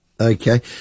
Okay